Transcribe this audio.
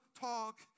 talk